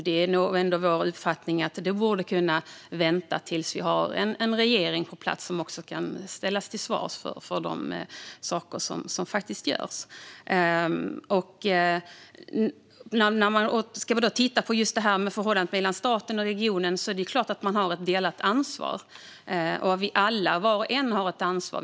Det är vår uppfattning att det borde ha kunnat vänta tills vi hade en regering på plats som kunde ställas till svars för de saker som görs. När det gäller förhållandet mellan stat och region är det klart att man har ett delat ansvar. Vi har alla, var och en, ett ansvar.